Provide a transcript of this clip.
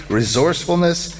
resourcefulness